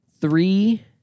three